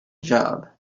job